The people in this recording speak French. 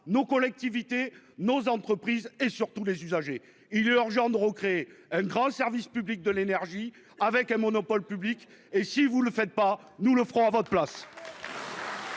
nos collectivités nos entreprises et surtout les usagers il urgent, créer un grand service public de l'énergie avec un monopole public et si vous le faites pas, nous le ferons à votre place.